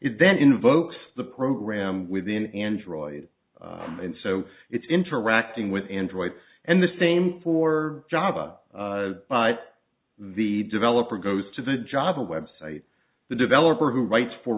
then invokes the program within android and so it's interacting with android and the same for java but the developer goes to the java web site the developer who writes for